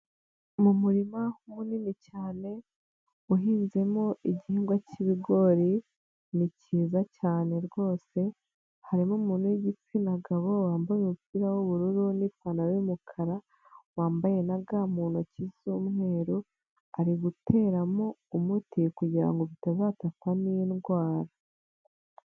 Mu murima munini cyane uhinzemo igihingwa cy'ibigori ni cyiza cyane rwose harimo umuntu wigitsina gabo wambaye umupira w'ubururu n'ipantaro y'umukara wambaye naga mu ntoki z'umweru ari guteramo umuti kugirango bitazatakwa n'indwara.